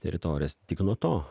teritorijos tik nuo to